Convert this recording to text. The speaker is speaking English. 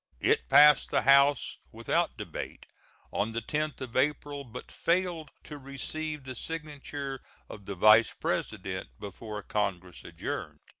it passed the house without debate on the tenth of april, but failed to receive the signature of the vice-president before congress adjourned.